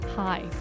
Hi